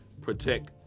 protect